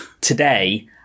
today